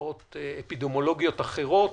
תופעות אפידמיולוגיות אחרות,